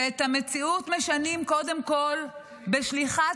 ואת המציאות משנים קודם כול בשליחת